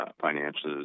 finances